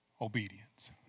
Obedience